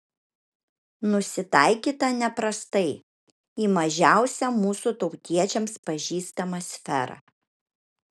nusitaikyta neprastai į mažiausią mūsų tautiečiams pažįstamą sferą